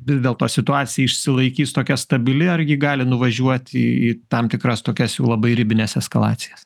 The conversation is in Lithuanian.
vis dėlto situacija išsilaikys tokia stabili ar ji gali nuvažiuoti į tam tikras tokias jau labai ribines eskalacijas